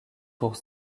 ours